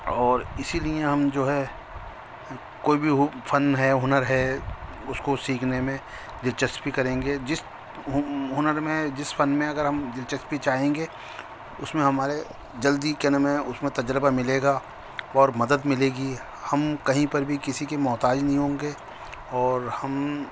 اور اسی لیے ہم جو ہے کوئی بھی ہو فن ہے ہنر ہے اس کو سیکھنے میں دلچسپی کریں گے جس ہنر میں جس فن میں اگر ہم دلچسپی چاہیں گے اس میں ہمارے جلدی کیا نام ہے اس میں تجربہ ملے گا اور مدد ملے گی ہم کہیں پر بھی کسی کے بھی محتاج نہیں ہوں گے اور ہم